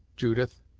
judith,